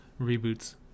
reboots